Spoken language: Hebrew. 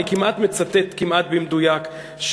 אני מצטט כמעט במדויק,